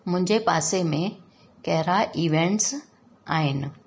मुंहिंजे पासे में कहिड़ा इवेंट्स आहिनि